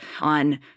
on